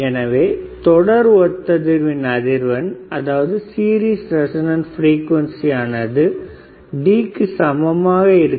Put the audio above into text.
எனவே தொடர் ஒத்தஅதிர்வின் அதிர்வெண் ஆனது Dக்கு சமமாக இருக்கும்